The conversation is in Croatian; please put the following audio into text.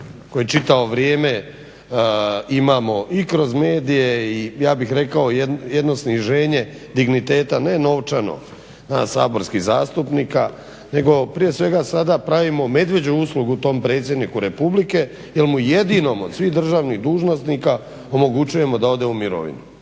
koji čitavo vrijeme imamo i kroz medije i ja bih rekao jedno sniženje digniteta ne novčano nas saborskih zastupnika, nego prije svega sada pravimo medvjeđu uslugu tom Predsjedniku Republike jer mu jedinom od svih državnih dužnosnika omogućujemo da ode u mirovinu.